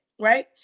right